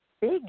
big